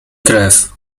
krew